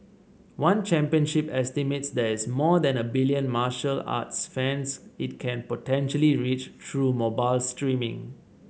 one Championship estimates there is more than a billion martial arts fans it can potentially reach through mobile streaming